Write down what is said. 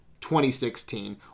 2016